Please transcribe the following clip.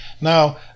Now